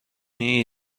این